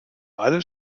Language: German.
alle